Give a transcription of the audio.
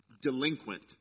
delinquent